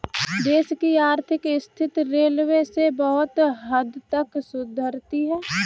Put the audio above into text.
देश की आर्थिक स्थिति रेलवे से बहुत हद तक सुधरती है